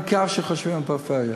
בעיקר חושבים על הפריפריה.